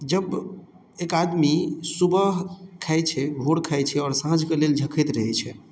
जब एक आदमी सुबह खाइ छै भोर खाइ छै और साँझ के लेल झखैत रहै छै